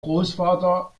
großvater